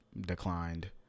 declined